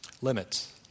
Limits